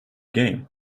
game